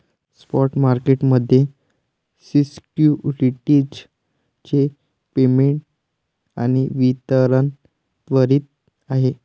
spot market मध्ये securities चे payment आणि वितरण त्वरित आहे